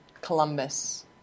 Columbus